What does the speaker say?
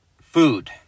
food